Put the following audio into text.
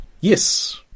yes